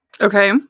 Okay